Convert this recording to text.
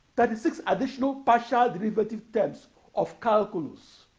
thirty-six additional partial derivative terms of calculus.